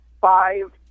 five